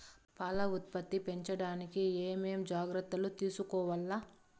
పాల ఉత్పత్తి పెంచడానికి ఏమేం జాగ్రత్తలు తీసుకోవల్ల?